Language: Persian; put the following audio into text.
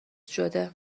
شده